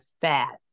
fast